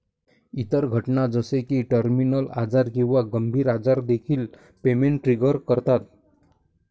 इतर घटना जसे की टर्मिनल आजार किंवा गंभीर आजार देखील पेमेंट ट्रिगर करतात